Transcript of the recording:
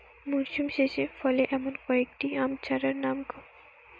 মরশুম শেষে ফলে এমন কয়েক টি আম চারার নাম?